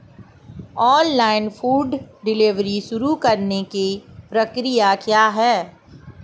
Online food delivery शुरू करने की प्रक्रिया क्या है?